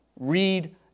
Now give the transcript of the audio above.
Read